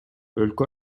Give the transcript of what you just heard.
өлкө